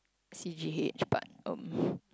C_G_H but um